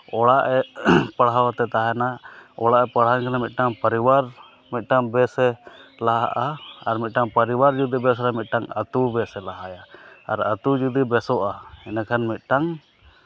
ᱚᱲᱟᱜᱼᱮ ᱯᱟᱲᱦᱟᱣ ᱠᱟᱛᱮᱫ ᱛᱟᱦᱮᱱᱟ ᱚᱲᱟᱜᱼᱮ ᱯᱟᱲᱦᱟᱣ ᱞᱮᱱᱠᱷᱟᱱ ᱢᱤᱫᱴᱟᱝ ᱯᱟᱨᱤᱵᱟᱨ ᱢᱤᱫᱴᱟᱝ ᱵᱮᱥᱮ ᱞᱟᱦᱟᱜᱼᱟ ᱟᱨ ᱢᱤᱫᱴᱟᱝ ᱯᱟᱨᱤᱵᱟᱨ ᱡᱩᱫᱤ ᱵᱮᱥ ᱨᱮ ᱢᱤᱫᱴᱟᱝ ᱟᱹᱛᱩ ᱵᱮᱥ ᱞᱟᱦᱟᱭᱟ ᱟᱨ ᱟᱹᱛᱩ ᱡᱩᱫᱤ ᱵᱮᱥᱚᱜᱼᱟ ᱤᱱᱟᱹᱠᱷᱟᱱ ᱢᱤᱫᱴᱟᱝ